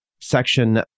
section